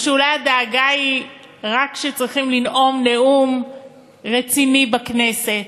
או שאולי הדאגה היא רק כשצריך לנאום נאום רציני בכנסת?